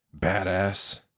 Badass